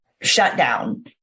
shutdown